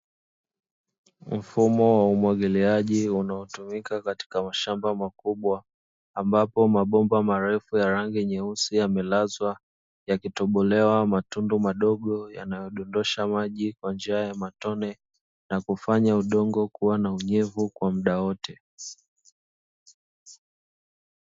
Mfumo wa umwagiliaji unaotumika katika mashamba makubwa, ambapo mabomba marefu ya rangi nyeusi yamelazwa yakitobolewa matundu madogo yanayodondosha maji kwa njia ya matone na kufanya udongo kuwa na unyevu kwa muda wote.